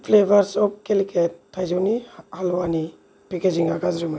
flavours of केलिकेट थाइजौनि हालवानि पेकेजिंआ गाज्रिमोन